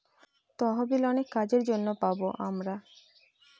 তহবিল অনেক কাজের জন্য পাবো আমরা